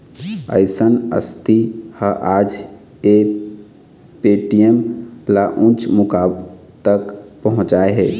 अइसन हस्ती ह आज ये पेटीएम ल उँच मुकाम तक पहुचाय हे